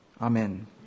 Amen